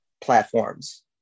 platforms